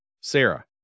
Sarah